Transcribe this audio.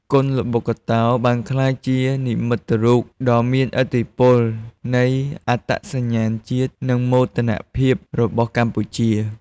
គុនល្បុក្កតោបានក្លាយជានិមិត្តរូបដ៏មានឥទ្ធិពលនៃអត្តសញ្ញាណជាតិ និងមោទនភាពរបស់កម្ពុជា។